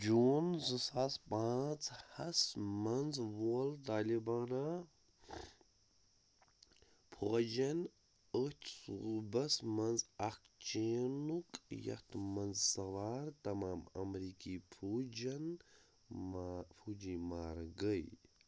جوٗن زٕ ساس پانٛژھ ہَس منٛز وول طالِبانہِ فوجن أتھۍ صوٗبس منٛز اَکھ چیٖنُک یَتھ منٛز سَوار تَمام امریٖکی فوٗجن فوٗجی مارٕ گٔے